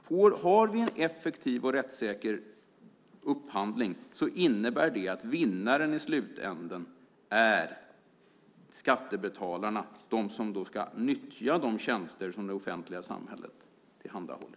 Om vi har en effektiv och rättssäker upphandling innebär det att vinnaren i slutänden är skattebetalarna - de som ska nyttja de tjänster som det offentliga samhället tillhandahåller.